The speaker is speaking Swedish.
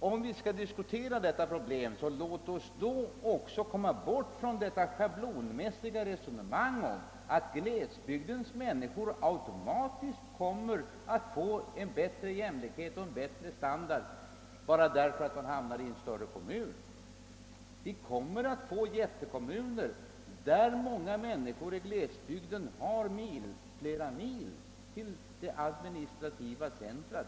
om vi skall diskutera detta problem, låt oss då också komma bort från det schablonmässiga resonemanget att glesbygdens människor automatiskt kommer att få bättre jämlikhet och bättre standard bara de hamnar i en större kommun. Vi kommer att få jättekommuner, där många människor i glesbygden har flera mil till det administrativa centret.